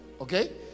okay